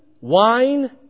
wine